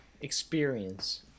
experience